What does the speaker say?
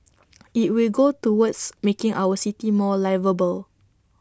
IT will go towards making our city more liveable